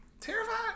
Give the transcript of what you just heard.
Terrified